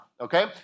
okay